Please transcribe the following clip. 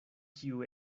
kiu